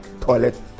toilet